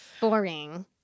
boring